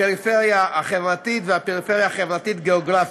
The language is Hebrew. הפריפריה החברתית והפריפריה החברתית-גיאוגרפית,